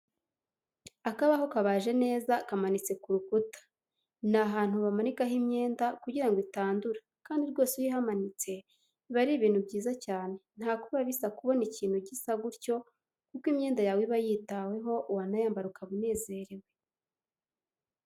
Akabaho kabaje neza kamanitse ku rukuta, ni ahantu bamanikaho imyenda kugira ngo itandura kandi rwose iyo uyihamanitse, biba ari ibintu byiza cyane ntako biba bisa kubona ikintu gisa gutyo kuko imyenda yawe iba yitaweho wanayambara ukaba unezerewe.